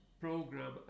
program